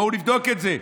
בואו נבדוק את זה.